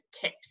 tips